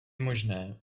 možné